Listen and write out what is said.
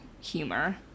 humor